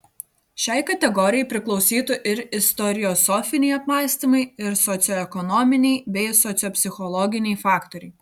šiai kategorijai priklausytų ir istoriosofiniai apmąstymai ir socioekonominiai bei sociopsichologiniai faktoriai